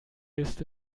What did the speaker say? ist